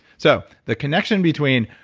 so the connection between,